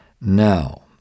Now